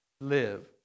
live